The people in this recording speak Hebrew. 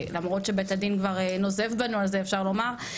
למרות שבית הדין כבר נוזף בנו על זה אפשר לומר,